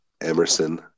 Emerson